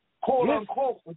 Quote-unquote